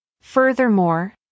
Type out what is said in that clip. Furthermore